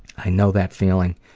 i know that feeling.